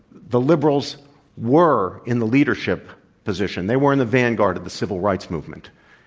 the liberals were in the leadership position they were in the vanguard of the civil rights movement.